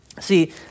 See